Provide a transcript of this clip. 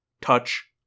Touch